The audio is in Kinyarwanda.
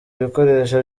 ibikoresho